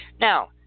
Now